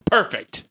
Perfect